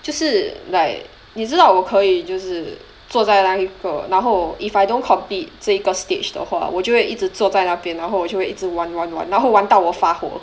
就是 like 你知道我可以就是坐在那一刻然后 if I don't complete 最这一个 stage 的话我就会一直坐在那边然后我就会一直玩玩玩然后玩到我发火